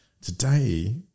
Today